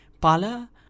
pala